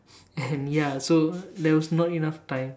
and ya so there was not enough time